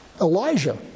Elijah